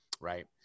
right